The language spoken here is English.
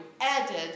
added